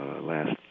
last